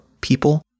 people